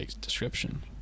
description